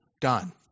done